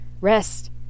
rest